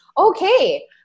Okay